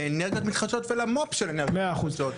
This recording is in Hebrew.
לאנרגיות מתחדשות ולמו"פ של אנרגיות מתחדשות.